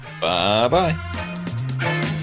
Bye-bye